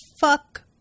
fuck